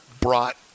brought